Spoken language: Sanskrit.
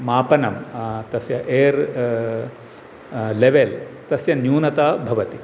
मापनं तस्य एर् लेवेल् तस्य न्यूनता भवति